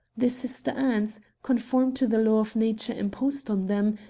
the sister ants, conform to the law of nature imposed on them,